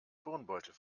turnbeutel